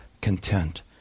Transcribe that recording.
content